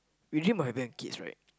we dream about having kids right